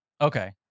Okay